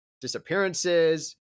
disappearances